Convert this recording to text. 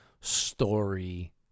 story